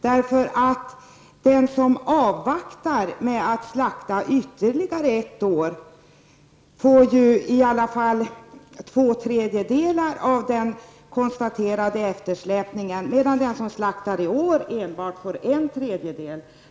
Den som avvaktar ytterligare ett år med att slakta får ju i alla fall två tredjedelar av den konstaterade eftersläpningen, medan den som slaktar i år får enbart en tredjedel.